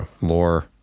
lore